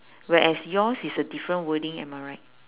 whereas yours is a different wording am I right